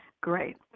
Great